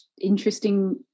interesting